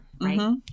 right